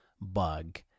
bug